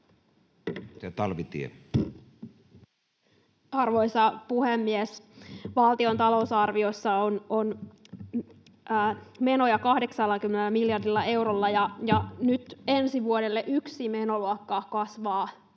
Content: Arvoisa puhemies! Valtion talousarviossa on menoja 80 miljardilla eurolla ja nyt ensi vuodelle yksi menoluokka kasvaa